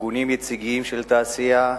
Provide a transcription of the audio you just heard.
ארגונים יציגים של תעשייה,